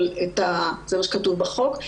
אבל זה מה שכתוב בחוק,